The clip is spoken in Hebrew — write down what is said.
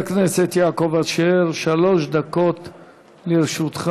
חבר הכנסת יעקב אשר, שלוש דקות לרשותך.